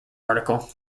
article